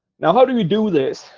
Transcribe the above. now, how do we do this?